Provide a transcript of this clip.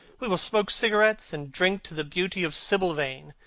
we will smoke cigarettes and drink to the beauty of sibyl vane.